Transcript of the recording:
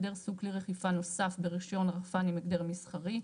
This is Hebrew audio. הגדר סוג כלי רחיפה נוסף ברישיון רחפן עם הגדר מסחרי.